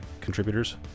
contributors